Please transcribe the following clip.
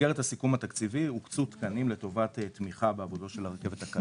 במסגרת הסיכום התקציבי הוקצו תקנים לטובת תמיכה בעבודות של הרכבת הקלה.